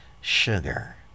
Sugar